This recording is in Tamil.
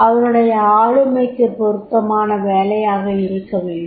அவருடைய ஆளுமைக்குப் பொருத்தமான வேலையாக இருக்கவேண்டும்